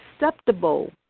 acceptable